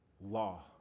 law